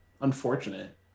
unfortunate